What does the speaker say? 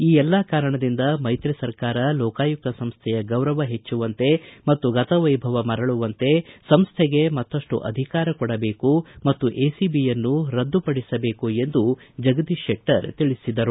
ಈ ಎಲ್ಲಾ ಕಾರಣದಿಂದ ಮೈತ್ರಿ ಸರ್ಕಾರ ಲೋಕಾಯುಕ್ತ ಸಂಸ್ಥೆಯ ಗೌರವ ಹೆಚ್ಚುವಂತೆ ಮತ್ತು ಗತವೈಭವ ಮರಳುವಂತೆ ಸಂಸ್ಥೆಗೆ ಮತ್ತಪ್ಪು ಅಧಿಕಾರ ಕೊಡಬೇಕು ಮತ್ತು ಎಸಿಬಿಯನ್ನು ರದ್ದುಪಡಿಸಬೇಕು ಎಂದು ಜಗದೀಶ್ಶೆಟ್ಟರ್ ತಿಳಿಸಿದರು